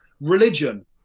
religion